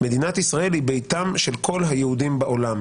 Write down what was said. שמדינת ישראל היא ביתם של כל היהודים בעולם.